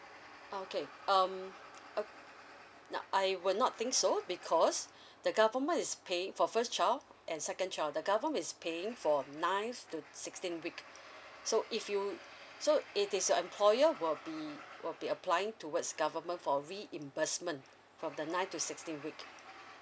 okay um ok~ now I will not think so because the government is paying for first child and second child the government is paying for ninth to sixteenth week so if you so it is your employer who will who will be applying towards government for reimbursement from the ninth to sixteenth week